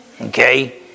Okay